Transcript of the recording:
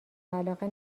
علاقه